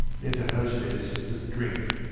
enter hostess with drink.